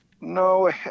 No